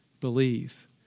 believe